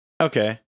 Okay